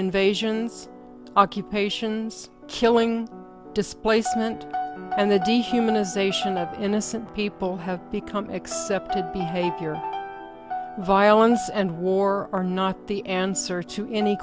invasions occupations killing displacement and the dehumanization of innocent people have become accepted behavior violence and war are not the answer to any